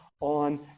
on